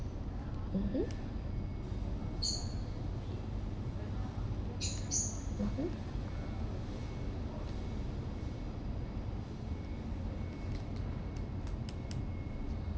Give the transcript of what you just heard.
mmhmm mmhmm